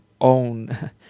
own